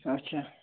اَچھا